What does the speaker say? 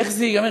איך זה ייגמר,